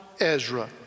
Ezra